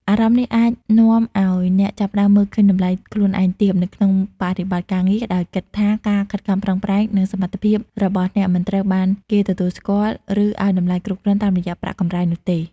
អារម្មណ៍នេះអាចនាំឲ្យអ្នកចាប់ផ្ដើម មើលឃើញតម្លៃខ្លួនឯងទាប នៅក្នុងបរិបទការងារ ដោយគិតថាការខិតខំប្រឹងប្រែង និងសមត្ថភាពរបស់អ្នកមិនត្រូវបានគេទទួលស្គាល់ ឬឲ្យតម្លៃគ្រប់គ្រាន់តាមរយៈប្រាក់កម្រៃនោះទេ។